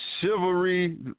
chivalry